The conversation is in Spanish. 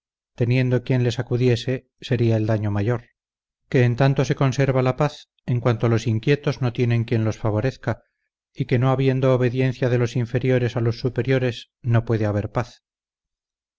teniendo quien les acudiese sería el daño mayor que en tanto se conserva la paz en cuanto los inquietos no tienen quien los favorezca y que no habiendo obediencia de los inferiores a los superiores no puede haber paz